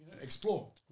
Explore